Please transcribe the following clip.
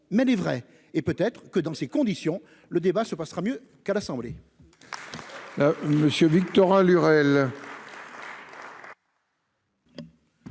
mais les vrais et peut-être que dans ces conditions, le débat se passera mieux qu'à l'Assemblée.